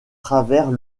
travers